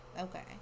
Okay